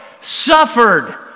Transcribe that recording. suffered